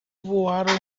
voaram